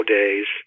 days